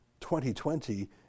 2020